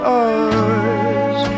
eyes